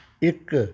ਇੱਕ